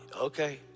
Okay